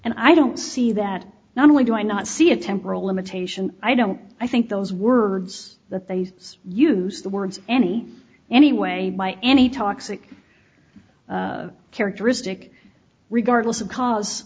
and i don't see that not only do i not see a temporal limitation i don't i think those words that they use the words any any way by any toxic characteristic regardless of cause